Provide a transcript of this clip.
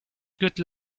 good